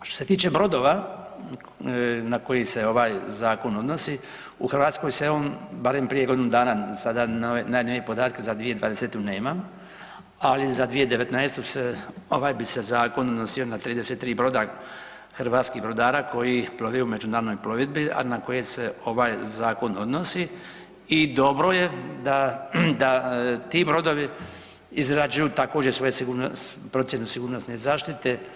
Što se tiče brodova na koji se ovaj zakon odnosi u Hrvatskoj se on barem prije godinu dana sada najnovije podatke za 2020. nemam, ali za 2019.ovaj bi se zakon odnosio na 33 broda hrvatskih brodara koji plove u međunarodnoj plovidbi, a na koje se ovaj zakon odnosi i dobro je da ti brodovi izrađuju također procjenu sigurnosne zaštite.